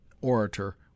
orator